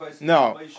No